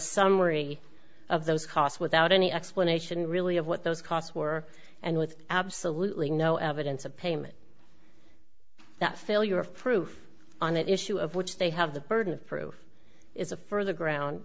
summary of those costs without any explanation really of what those costs were and with absolutely no evidence of payment that failure of proof on that issue of which they have the burden of proof is a further ground